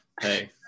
Hey